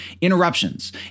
interruptions